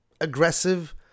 aggressive